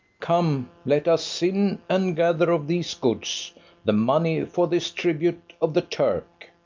come, let us in, and gather of these goods the money for this tribute of the turk.